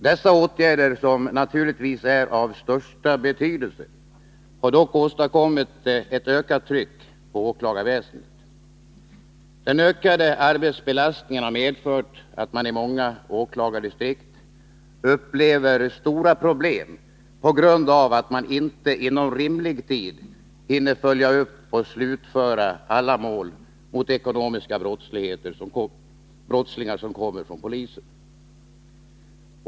Dessa åtgärder, som naturligtvis är av största betydelse, har dock åstadkommit ett ökat tryck på åklagarväsendet. Den ökade arbetsbelastningen har medfört att man i många åklagardistrikt upplever stora problem på grund av att man inte inom rimlig tid hinner följa upp och slutföra alla de mål mot ekonomiska brottslingar som kommer från polisen.